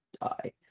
die